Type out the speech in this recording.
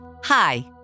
Hi